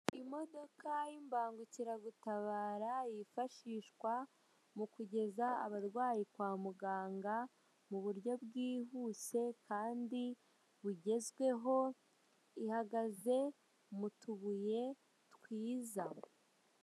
Imodoka y'imbangukiragutabara yifashishwa mu kugeza abarwayi kwa muganga mu buryo bwihuse kandi bugezweho, ihagaze mu tubuye twiza.